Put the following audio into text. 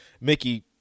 Mickey